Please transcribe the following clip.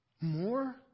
more